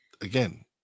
again